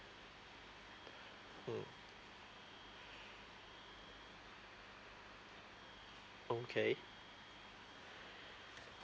mm okay